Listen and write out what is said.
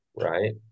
right